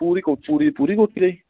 ਪੂਰੀ ਕੋ ਪੂਰੀ ਪੂਰੀ ਕੋਠੀ ਦਾ ਜੀ